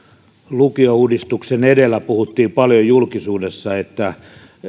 lukiouudistuksen edellä puhuttiin paljon julkisuudessa että